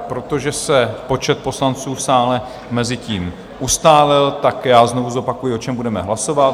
Protože se počet poslanců v sále mezitím ustálil, znovu zopakuji, o čem budeme hlasovat.